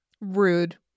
Rude